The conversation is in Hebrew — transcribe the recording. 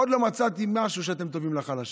עוד לא מצאתי משהו שאתם טובים בו לחלשים.